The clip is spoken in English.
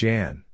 Jan